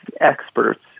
experts